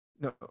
No